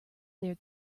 their